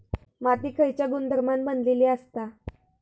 माती खयच्या गुणधर्मान बनलेली असता?